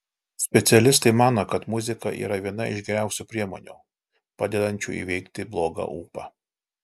specialistai mano kad muzika yra viena iš geriausių priemonių padedančių įveikti blogą ūpą